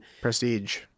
prestige